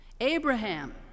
Abraham